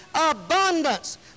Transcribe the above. abundance